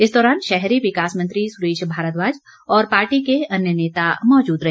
इस दौरान शहरी विकास मंत्री सुरेश भारद्वाज और पार्टी के अन्य नेता मौजूद रहे